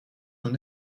sont